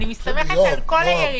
אני מסתמכת על כל הירידה.